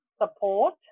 support